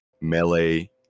melee